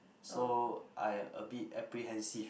so I a bit apprehensive